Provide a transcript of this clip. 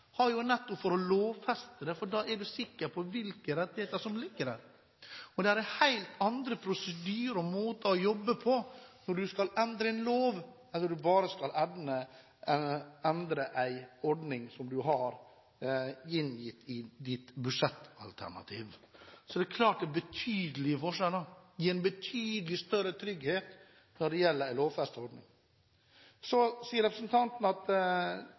nettopp for å lovfeste det, for da er du sikker på hvilke rettigheter som ligger der. Det er helt andre prosedyrer og måter å jobbe på når du skal endre en lov, eller om du bare skal endre en ordning som du har lagt inn i ditt budsjettalternativ. Så det er klart det er betydelige forskjeller. Det gir betydelig større trygghet å lovfeste ordningen. Så sier representanten at